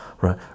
right